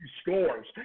scores